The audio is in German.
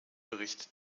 bericht